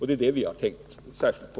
Det är den saken vi tänkt särskilt på.